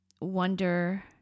wonder